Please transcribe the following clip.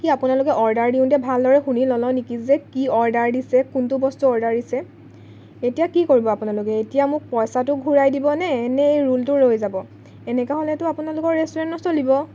কি আপোনালোকে অৰ্ডাৰ দিওঁতে ভালদৰে শুনি নলয় নেকি যে কি অৰ্ডাৰ দিছে কোনটো বস্তু অৰ্ডাৰ দিছে এতিয়া কি কৰিব আপোনালোকে এতিয়া মোক পইচাটো ঘূৰাই দিবনে নে এই ৰোলটো লৈ যাব এনেকুৱা হ'লেতো আপোনালোকৰ ৰেষ্টুৰেণ্ট নচলিব